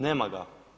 Nema ga.